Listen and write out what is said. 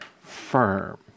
firm